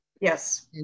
Yes